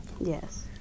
Yes